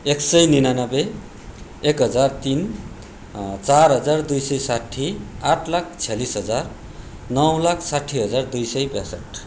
एक सय निनानब्बे एक हजार तिन चार हजार दुई सय साट्ठी आठ लाख छ्यालिस हजार नौ लाख साट्ठी हजार दुई सय ब्यासठ